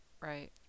right